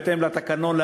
בהתאם לתקנון,